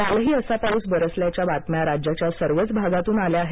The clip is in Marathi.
कालही असा पाऊस बरसल्याच्या बातम्या राज्याच्या सर्वच भागांतून आल्या आहेत